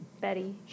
Betty